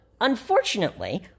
unfortunately